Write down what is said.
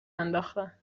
انداختن